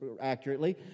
accurately